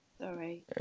Sorry